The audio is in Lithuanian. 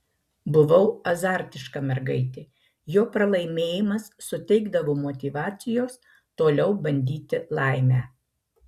buvau azartiška mergaitė jo pralaimėjimas suteikdavo motyvacijos toliau bandyti laimę